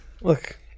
look